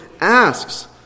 asks